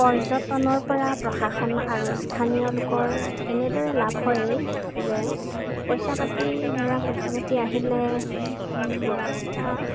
পৰ্যটনৰ পৰা প্ৰশাসন আৰু স্থানীয় লোকৰ এনেদৰে লাভ হয় যে পইচা পাতি ধৰা পইচা পাতি আহিলে ৰাস্তা